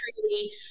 truly